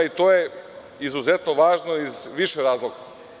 To je izuzetno važno iz više razloga.